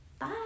Bye